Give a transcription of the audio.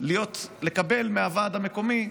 לקבל מהוועד המקומי,